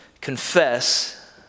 confess